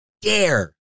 dare